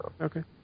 Okay